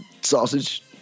sausage